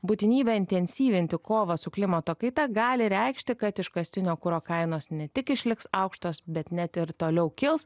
būtinybė intensyvinti kovą su klimato kaita gali reikšti kad iškastinio kuro kainos ne tik išliks aukštos bet net ir toliau kils